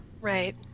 Right